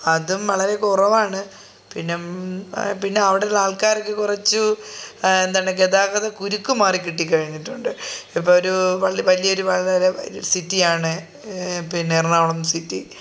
അതും വളരെ കുറവാണ് പിന്നെ പിന്നെ അവിടെയുള്ള ആൾക്കാർക്ക് കുറച്ചു എന്താണ് ഗതാഗത കുരുക്ക് മാറി കിട്ടി കഴിഞ്ഞിട്ടുണ്ട് ഇപ്പോൾ ഒരു വലിയ ഒരു വളരെ സിറ്റിയാണ് പിന്നെ എറണാകുളം സിറ്റി